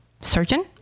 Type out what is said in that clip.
surgeon